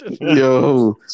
yo